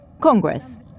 Congress